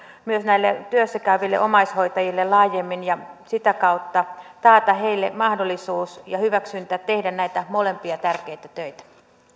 myös näille työssä käyville omaishoitajille laajemmin ja sitä kautta taata heille mahdollisuus ja hyväksyntä tehdä näitä molempia tärkeitä töitä